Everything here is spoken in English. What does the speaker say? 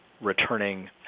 returning